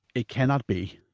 it cannot be.